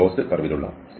അടച്ച വളവിലുള്ള സി